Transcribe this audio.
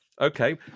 Okay